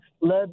led